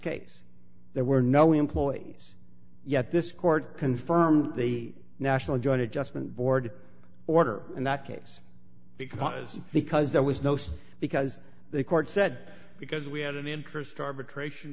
case there were no employees yet this court confirmed the national join adjustment board order in that case because because there was no sense because the court said because we had an interest arbitration